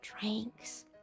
drinks